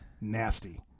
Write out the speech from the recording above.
nasty